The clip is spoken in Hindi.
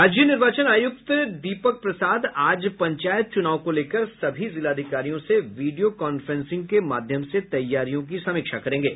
राज्य निर्वाचन आयुक्त दीपक प्रसाद आज पंचायत चुनाव को लेकर सभी जिलाधिकारियों से वीडियो कांफ्रेंसिंग के माध्यम से तैयारियों की समीक्षा करेंगे